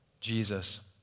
Jesus